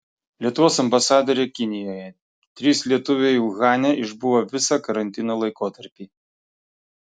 lietuvos ambasadorė kinijoje trys lietuviai uhane išbuvo visą karantino laikotarpį